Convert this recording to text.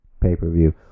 pay-per-view